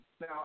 Now